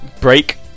break